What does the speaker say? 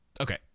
okay